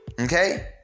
okay